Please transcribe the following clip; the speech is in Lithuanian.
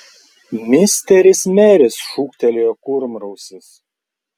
misteris meris šūktelėjo kurmrausis